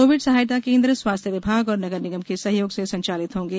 Covid सहायता केन्द्र स्वास्थ्य विभाग और नगर निगम के सहयोग से संचालित होंगे